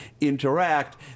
interact